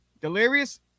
delirious